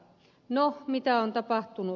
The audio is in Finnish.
no mitä on tapahtunut